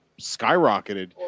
skyrocketed